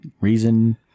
reason